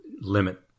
limit